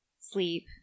sleep